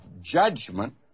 judgment